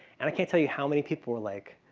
and i can't tell you how many people were like